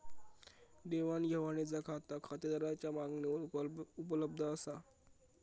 देवाण घेवाणीचा खाता खातेदाराच्या मागणीवर उपलब्ध असा